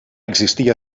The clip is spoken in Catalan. existir